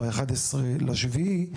ב-11 ביולי,